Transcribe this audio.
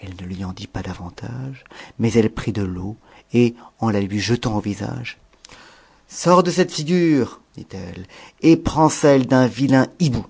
elle ne lui en dit pas t qtage mais elle prit de l'eau et en la lui jetant au visage sors m t gure dit-elle et prends celle d'un vilain hibou